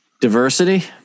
diversity